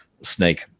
snake